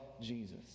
Jesus